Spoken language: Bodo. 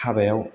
हाबायाव